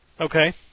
Okay